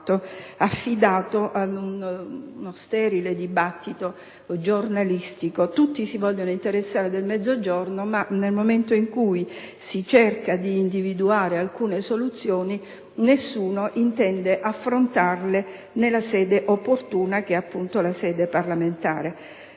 soltanto ad uno sterile dibattito giornalistico. Tutti vogliono interessarsi del Mezzogiorno, ma nel momento in cui si cerca di individuare alcune soluzioni nessuno intende affrontarle nella sede opportuna, che è appunto quella parlamentare.